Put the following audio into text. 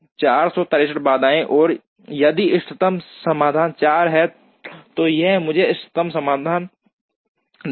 467 बाधाएं और यदि इष्टतम समाधान 4 है तो यह मुझे इष्टतम समाधान देगा